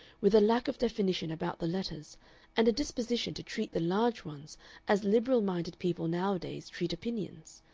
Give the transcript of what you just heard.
with a lack of definition about the letters and a disposition to treat the large ones as liberal-minded people nowadays treat opinions,